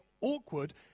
awkward